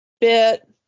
bit